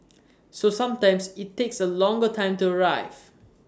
so sometimes IT takes A longer time to arrive